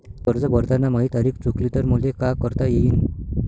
कर्ज भरताना माही तारीख चुकली तर मले का करता येईन?